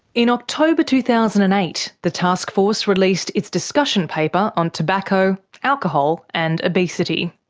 in october two thousand and eight, the taskforce released its discussion paper on tobacco, alcohol and obesity.